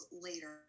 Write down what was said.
later